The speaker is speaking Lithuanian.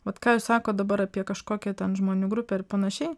vat ką jūs sakot dabar apie kažkokią ten žmonių grupę ir panašiai